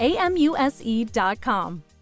amuse.com